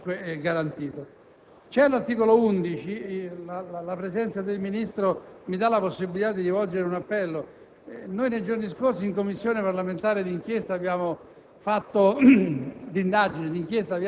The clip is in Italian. garantito. La presenza del Ministro mi dà la possibilità di rivolgere un appello